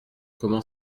comment